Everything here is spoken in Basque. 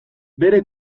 bere